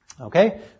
Okay